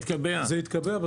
זה יתקבע בסוף.